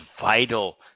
vital